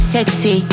Sexy